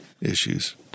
Issues